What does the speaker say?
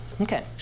Okay